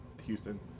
Houston